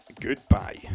Goodbye